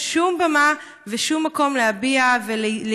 לא נותן להם שום במה ושום מקום להביע ולהתבטא.